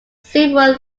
several